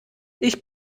ich